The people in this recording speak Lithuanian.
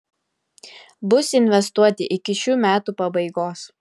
bus investuoti iki šių metų pabaigos